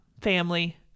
family